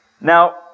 Now